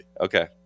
Okay